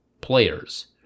players